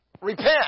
Repent